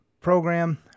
program